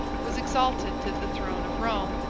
was exalted to the throne of rome,